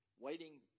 waiting